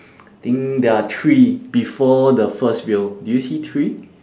think there are three before the first wheel do you see three